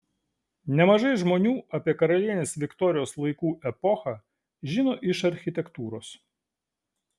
nemažai žmonių apie karalienės viktorijos laikų epochą žino iš architektūros